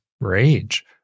rage